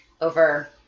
over